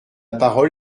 parole